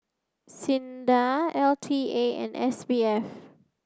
SINDA L T A and S B F